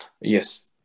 Yes